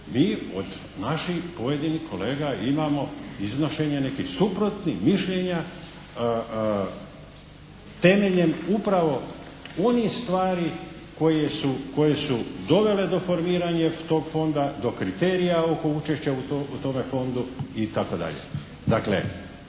mi od naših pojedinih kolega imamo iznošenje nekih suprotnih mišljenja temeljem upravo onih stvari koje su dovele do formiranja tog Fonda, do kriterija oko učešća u tome Fondu, itd.